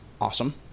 Awesome